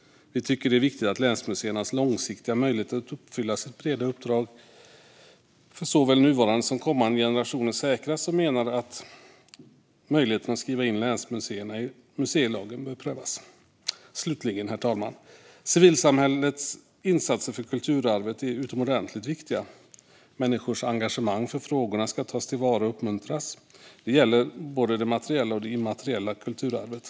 Vi tycker att det är viktigt att länsmuseernas långsiktiga möjlighet att uppfylla sitt breda uppdrag för såväl nuvarande som kommande generationer säkras och menar att möjligheten att skriva in länsmuseerna i museilagen bör prövas. Slutligen, herr talman, vill jag säga att civilsamhällets insatser för kulturarvet är utomordentligt viktiga. Människors engagemang för frågorna ska tas till vara och uppmuntras. Detta gäller både det materiella och det immateriella kulturarvet.